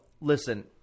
listen